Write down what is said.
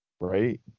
Right